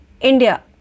India